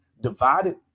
divided